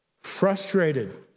frustrated